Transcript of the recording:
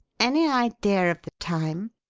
any idea of the time?